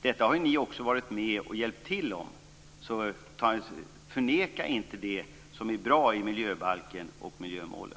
Här har ju också ni varit med och hjälpt till, så förneka inte det som är bra i miljöbalken och i miljömålen.